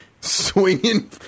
swinging